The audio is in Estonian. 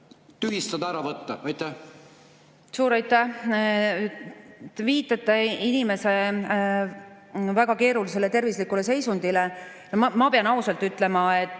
tühistada, ära võtta? Suur aitäh! Te viitate inimese väga keerulisele terviseseisundile. Ma pean ausalt ütlema, et